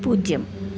പൂജ്യം